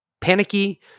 panicky